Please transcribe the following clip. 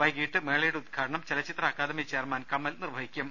വൈകീട്ട് മേളയുടെ ഉദ്ഘാടനം ചലച്ചിത്ര അക്കാദമി ചെയർമാൻ കമൽ നിർവഹിക്കും